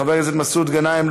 חבר הכנסת מסעוד גנאים,